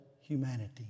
humanity